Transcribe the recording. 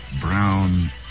brown